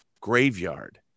graveyard